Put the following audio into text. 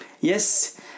Yes